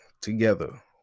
together